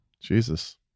Jesus